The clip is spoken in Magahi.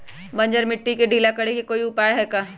बंजर मिट्टी के ढीला करेके कोई उपाय है का?